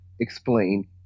explain